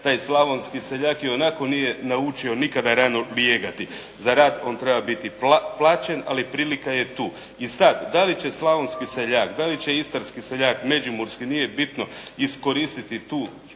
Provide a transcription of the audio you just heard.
taj slavonski seljak ionako nije naučio nikada rano lijegati. Za rad on treba biti plaćen, ali prilika je tu. I sad, da li će slavonski seljak, da li će istarski seljak, međimurski nije bitno iskoristiti tu